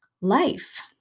life